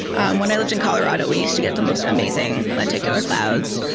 and when i lived in colorado we used to get the most amazing lenticular clouds.